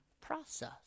process